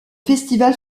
festival